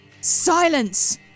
Silence